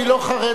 אני לא חרד,